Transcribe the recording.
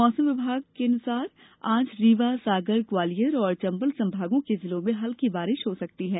मौसम विज्ञान केन्द्र भोपाल के अनुसार आज रीवा सागर ग्वालियर और चंबल संभागों के जिलों में हलकी बारिश हो सकती है